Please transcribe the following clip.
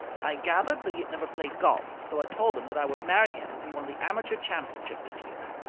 i gathered that he had never played golf, so i told him that i would marry him if he won the amateur championship this year.